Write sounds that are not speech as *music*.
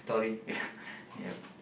yeah *laughs* yup